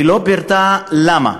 ולא פירטה למה,